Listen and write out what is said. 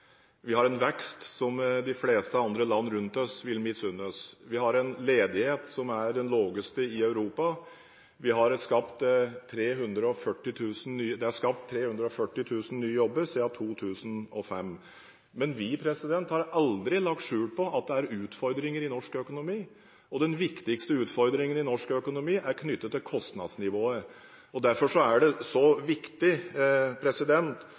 Vi har en vekst som de fleste andre land rundt oss vil misunne oss. Vi har en ledighet som er den laveste i Europa. Det er skapt 340 000 nye jobber siden 2005. Men vi har aldri lagt skjul på at det er utfordringer i norsk økonomi. Den viktigste utfordringen i norsk økonomi er knyttet til kostnadsnivået. Derfor er det så viktig å passe på at partssamarbeidet fungerer. Derfor er det så